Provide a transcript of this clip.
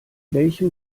welchem